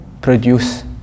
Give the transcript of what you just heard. produce